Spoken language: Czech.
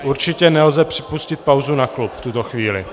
Určitě nelze připustit pauzu na klub v tuto chvíli.